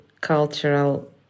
cultural